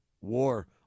war